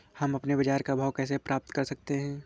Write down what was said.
हम अपने बाजार का भाव कैसे पता कर सकते है?